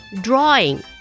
Drawing